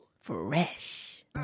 fresh